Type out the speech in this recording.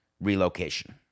relocation